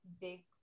big